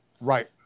right